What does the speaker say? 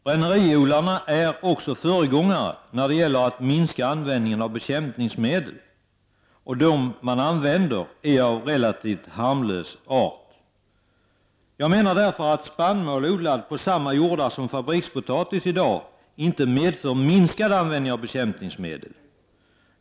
Bränneriodlarna är också föregångare när det gäller att minska användningen av bekämpningsmedel, och de medel man använder är av relativt harmlös art. Jag menar därför att spannmål odlad på samma jordar som fabrikspotatis i dag inte medför minskad användning av bekämpningsmedel.